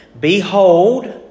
Behold